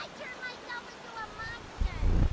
like turned myself into a monster.